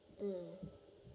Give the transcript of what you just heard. um